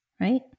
right